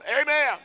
Amen